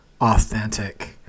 authentic